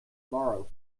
borrow